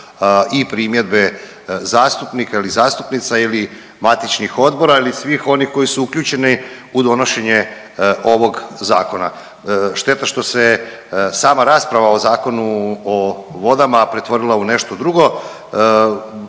i primjedbe zastupnika ili zastupnica ili matičnih odbora ili svih onih koji su uključeni u donošenje ovog zakona. Šteta što se sama rasprava o Zakonu o vodama pretvorila u nešto drugo.